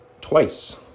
twice